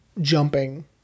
Jumping